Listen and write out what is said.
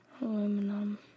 Aluminum